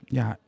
ja